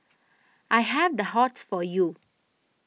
I have the hots for you